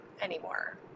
anymore